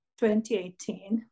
2018